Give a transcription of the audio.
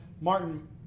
Martin